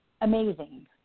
amazing